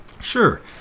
Sure